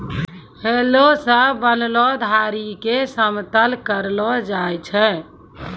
हलो सें बनलो धारी क समतल करलो जाय छै?